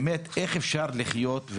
באמת איך אפשר לחיות,